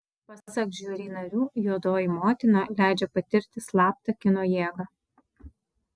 pasak žiuri narių juodoji motina leidžia patirti slaptą kino jėgą